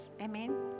Amen